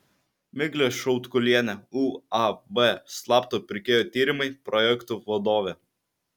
miglė šiautkulienė uab slapto pirkėjo tyrimai projektų vadovė